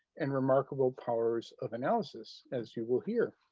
and remarkable powers of analysis as you will hear.